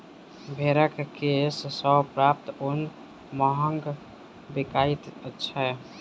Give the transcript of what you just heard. भेंड़क केश सॅ प्राप्त ऊन महग बिकाइत छै